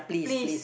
please